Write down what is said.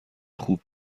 خوب